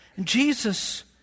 Jesus